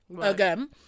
again